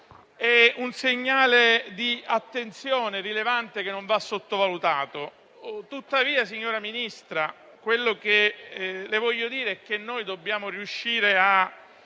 È un segnale di attenzione rilevante che non va sottovalutato. Tuttavia, signora Ministra, le voglio dire che noi dobbiamo riuscire a